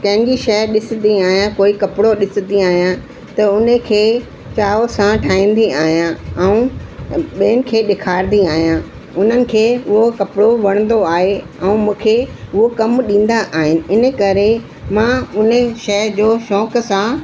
कंहिंजी शइ ॾिसंदी आहियां कोई कपिड़ो ॾिसंदी आहियां त उन खे चाह सां ठाहींदी आहियां ऐं ॿियनि खे ॾेखारींदी आहियां उन्हनि खे उहो कपिड़ो वणंदो आहे ऐं मूंखे उहो कमु ॾींदा आहिनि इन करे मां उन शइ जो शौक़ु सां